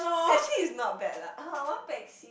actually is not bad lah I want Pepsi